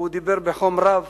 הוא דיבר בחום רב